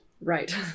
Right